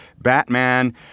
Batman